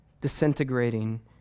disintegrating